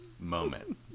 moment